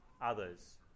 others